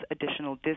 additional